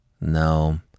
No